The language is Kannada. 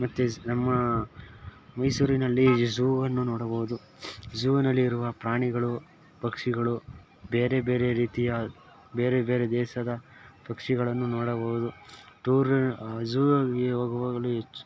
ಮತ್ತು ಝ್ ನಮ್ಮ ಮೈಸೂರಿನಲ್ಲಿ ಝೂ ಅನ್ನು ನೋಡಬೌದು ಝೂನಲ್ಲಿರುವ ಪ್ರಾಣಿಗಳು ಪಕ್ಷಿಗಳು ಬೇರೆ ಬೇರೆ ರೀತಿಯ ಬೇರೆ ಬೇರೆ ದೇಶದ ಪಕ್ಷಿಗಳನ್ನು ನೋಡಬೌದು ಟೂರ್ ಝೂ ಅಲ್ಲಿ ಹೋಗುವಾಗಲೂ ಹೆಚ್ಚು